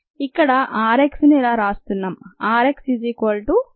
ఇక్కడ RX ని ఇలా ఇస్తున్నాం